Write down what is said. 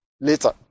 later